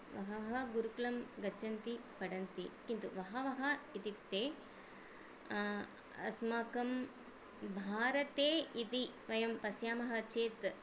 बहवः गुरुकुलं गच्छन्ति पठन्ति किन्तु बहवः इत्युक्ते अस्माकं भारते इति वयं पश्यामः चेत्